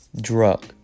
drug